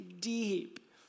deep